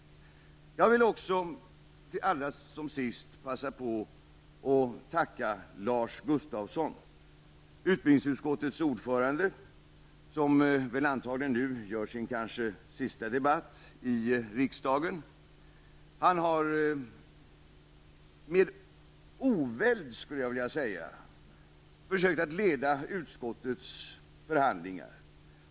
Jag vill också allra sist passa på att tacka Lars Gustafsson, utbildningsutskottets ordförande, som väl antagligen nu gör sin kanske sista debatt i riksdagen. Han har med oväld försökt leda utskottets förhandlingar.